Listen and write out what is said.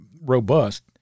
robust